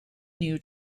new